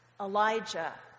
Elijah